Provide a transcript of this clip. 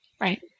right